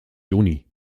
juni